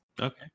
Okay